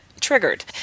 triggered